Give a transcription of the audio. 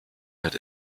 wird